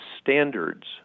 standards